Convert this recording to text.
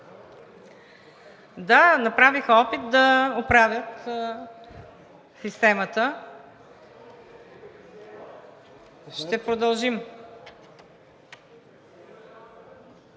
си. Направиха опит да оправят системата. Ще продължим.